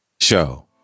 Show